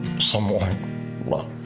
someone loved